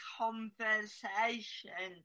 conversation